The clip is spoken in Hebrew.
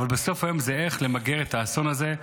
אבל בסוף היום זה איך למגר את האסון הזה.